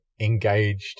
engaged